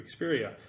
Xperia